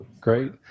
Great